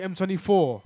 M24